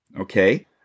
okay